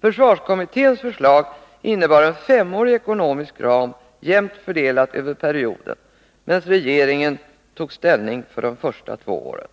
Försvarskommitténs förslag innebar en femårig ekonomisk ram, jämnt fördelad över perioden, medan regeringen tog ställning för de första två åren.